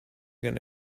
gonna